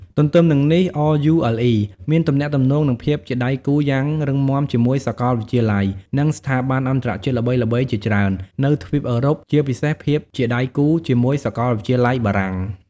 ទន្ទឹមនឹងនេះRULE មានទំនាក់ទំនង និងភាពជាដៃគូយ៉ាងរឹងមាំជាមួយសាកលវិទ្យាល័យ និងស្ថាប័នអន្តរជាតិល្បីៗជាច្រើន នៅទ្វីបអឺរ៉ុបជាពិសេសភាពជាដៃគូជាមួយសាកលវិទ្យាល័យបារាំង។